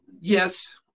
Yes